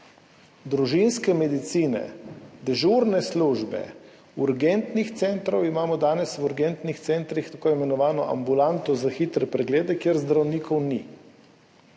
družinske medicine, dežurne službe, urgentnih centrov imamo danes v urgentnih centrih tako imenovano ambulanto za hitre preglede, kjer zdravnikov ni.